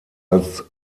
als